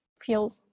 feel